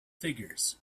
figures